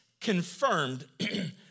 confirmed